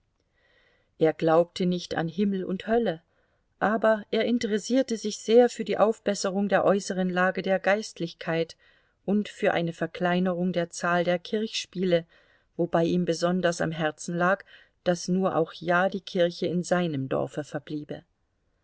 er glaubte nicht an himmel und hölle aber er interessierte sich sehr für die aufbesserung der äußeren lage der geistlichkeit und für eine verkleinerung der zahl der kirchspiele wobei ihm besonders am herzen lag daß nur auch ja die kirche in seinem dorfe verbliebe